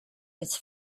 his